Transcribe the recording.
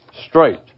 straight